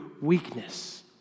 weakness